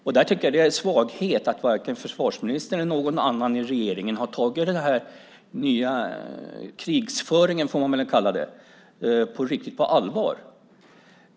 Det är en svaghet att varken försvarsministern eller någon annan i regeringen har tagit den nya krigföringen, som man väl får kalla det, riktigt på allvar.